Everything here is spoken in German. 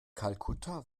kalkutta